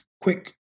quick